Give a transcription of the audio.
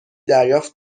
دریافت